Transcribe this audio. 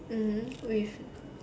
mmhmm with